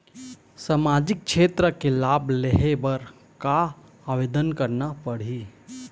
सामाजिक क्षेत्र के लाभ लेहे बर का आवेदन करना पड़ही?